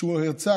כשהוא היה יוצא,